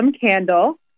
candle